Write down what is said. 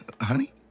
Honey